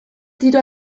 tiro